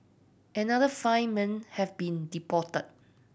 another five men have been deported